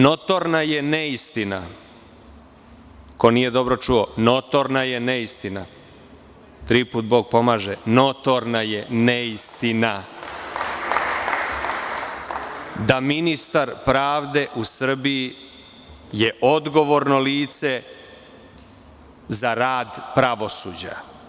Notorna je neistina, ko nije dobro čuo, notorna je neistina, tri puta Bog pomaže, notorna je neistina da je ministar pravde u Srbiji odgovorno lice za rad pravosuđa.